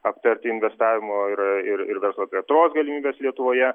aptarti investavimo ir ir ir verslo plėtros galimybes lietuvoje